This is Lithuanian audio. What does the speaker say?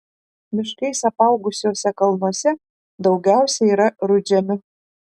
miškais apaugusiuose kalnuose daugiausia yra rudžemių